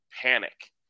panic